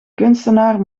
kunstenaar